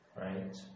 right